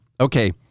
Okay